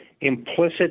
implicit